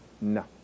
No